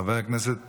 חבר הכנסת